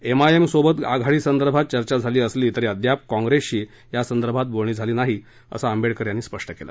एमआयएमबरोबर आघाडीसंदर्भात चर्चा झाली असली तरी अद्याप कॉंग्रेसशी यासंदर्भात बोलणी झाली नसल्याचं आंबेडकर यांनी स्पष्ट केलं